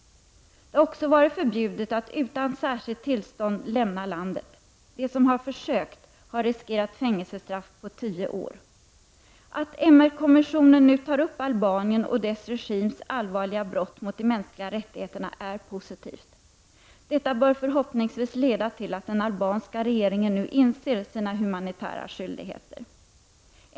Det har också varit förbjudet att utan sär skilt tillstånd lämna landet. De som har försökt har riskerat fängelsestraff på tio år. Att MR-kommissionen nu tar upp Albanien och dess regims allvarliga brott mot de mänskliga rättigheterna, är positivt. Detta bör förhoppningsvis leda till att den albanska regeringen nu inser sina humanitära skyldigheter.